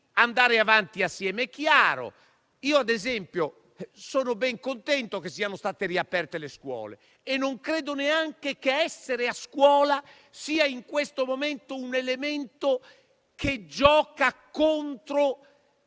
andare avanti assieme. Per quanto mi riguarda - ad esempio - sono ben contento che siano state riaperte le scuole e non credo neanche che essere a scuola sia in questo momento un elemento che gioca contro